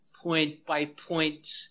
point-by-point